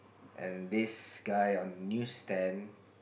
and this guy one newsstand